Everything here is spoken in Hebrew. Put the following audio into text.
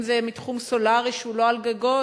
אם זה מתחום סולרי שהוא לא על גגות,